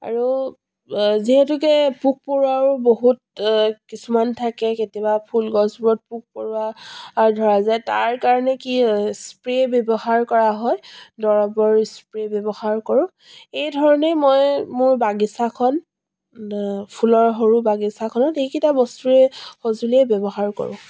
আৰু যিহেতুকে পোক পৰুৱাও বহুত কিছুমান থাকে কেতিয়াবা ফুল গছবোৰত পোক পৰুৱা ধৰা যায় তাৰ কাৰণে কি স্প্ৰে' ব্যৱহাৰ কৰা হয় দৰৱৰ স্প্ৰে' ব্যৱহাৰ কৰোঁ এইধৰণেই মই মোৰ বাগিচাখন ফুলৰ সৰু বাগিচাখনত এইকেইটা বস্তুৱেই সঁজুলিয়েই ব্যৱহাৰ কৰোঁ